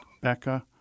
Becca